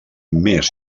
més